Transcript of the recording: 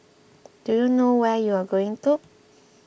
do you know where you're going to